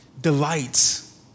delights